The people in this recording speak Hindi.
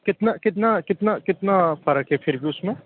कितना कितना कितना कितना फ़र्क़ हैं फिर भी उस में